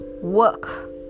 work